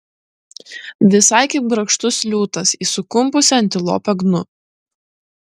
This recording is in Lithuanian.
visai kaip grakštus liūtas į sukumpusią antilopę gnu